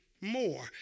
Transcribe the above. more